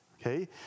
okay